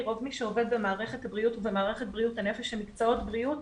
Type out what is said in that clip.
רוב מי שעובד במערכת הבריאות ובמערכת בריאות הנפש שהם מקצועות בריאות,